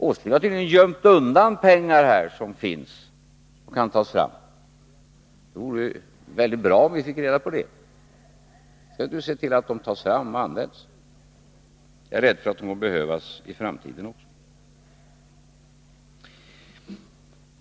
Nils Åsling har tydligen gömt undan pengar som finns och kan tas fram. Det vore bra om vi fick reda på det — då kunde vi se till att pengarna togs fram och användes. Jag är rädd för att de kommer att behövas i framtiden också.